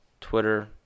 Twitter